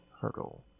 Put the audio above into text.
hurdle